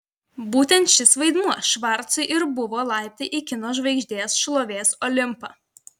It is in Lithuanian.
būtent šis vaidmuo švarcui ir buvo laiptai į kino žvaigždės šlovės olimpą